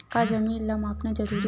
का जमीन ला मापना जरूरी हे?